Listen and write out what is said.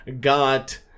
got